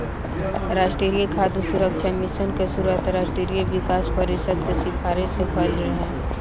राष्ट्रीय खाद्य सुरक्षा मिशन के शुरुआत राष्ट्रीय विकास परिषद के सिफारिस से भइल रहे